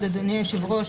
אדוני היושב-ראש,